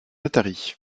atari